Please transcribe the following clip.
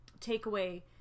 takeaway